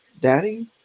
daddy